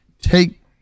take